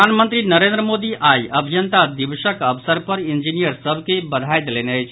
प्रधानमंत्री नरेन्द्र मोदी आई अभियंता दिवसक अवसर पर इंजीनियर सभ के बधाई देलनि अछि